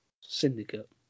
Syndicate